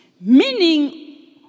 Meaning